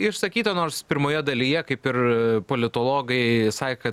išsakyta nors pirmoje dalyje kaip ir politologai sakė kad